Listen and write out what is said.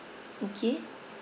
okay